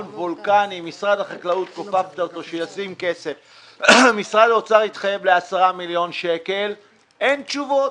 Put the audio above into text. וולקני לא יכול לפתוח את שנת 2019. הם אמורים לתת לי תשובה.